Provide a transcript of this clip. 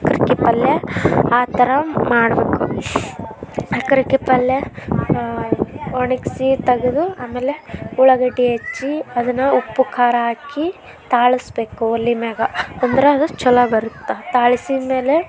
ಅಕ್ರಕ್ಕಿ ಪಲ್ಯ ಆ ಥರ ಮಾಡಬೇಕು ಅಕ್ರಕ್ಕಿ ಪಲ್ಯ ಒಣಗಿಸಿ ತೆಗ್ದು ಆಮೇಲೆ ಉಳ್ಳಾಗಡ್ಡಿ ಹೆಚ್ಚಿ ಅದನ್ನು ಉಪ್ಪು ಖಾರ ಹಾಕಿ ತಾಳಿಸ್ಬೇಕು ಒಲೆ ಮೇಲೆ ಅಂದ್ರೆ ಅದು ಛಲೋ ಬರುತ್ತೆ ತಾಳಿಸಿದಮೇಲೆ